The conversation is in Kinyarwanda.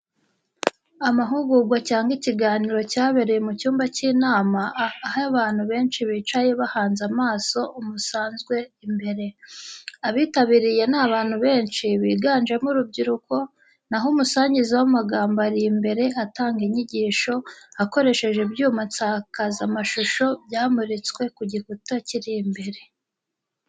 Amahugurwa cyangwa ikiganiro cyabereye mu cyumba cy’inama, aho abantu benshi bicaye bahanze amaso umusanzwe imbere. Abitabiriye ni abantu benshi, biganjemo urubyiruko, na ho umusangiza w'amagambo ari imbere atanga inyigisho, akoresheje ibyuma nsakazamashusho byamuritswe ku gikuta kiri imbere.